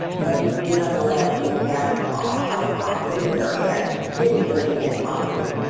but nonetheless, we have a high poverty area and kids living in poverty.